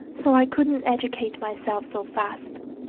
so i couldn't educate myself so fast,